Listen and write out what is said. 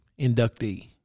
inductee